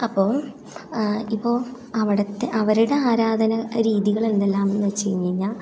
അപ്പോൾ ഇപ്പോൾ അവിടുത്തെ അവരുടെ ആരാധനാരീതികൾ എന്തെല്ലാം എന്നുവെച്ചു കഴിഞ്ഞു കഴിഞ്ഞാൽ